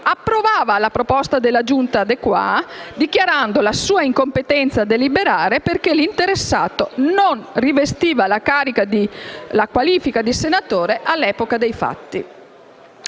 approvava la proposta della Giunta *de qua* dichiarando la sua incompetenza a deliberare perché l'interessato non rivestiva la qualifica di senatore all'epoca dei fatti.